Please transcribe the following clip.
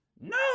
No